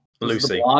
Lucy